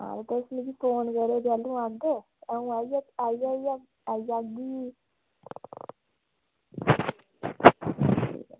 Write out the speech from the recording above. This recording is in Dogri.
हां ते तुस मिगी फोन करो जैल्लू आंदे अंऊ आई जाह्गी